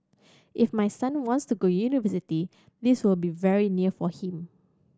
if my son wants to go university this will be very near for him